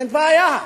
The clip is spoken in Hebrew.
אין בעיה.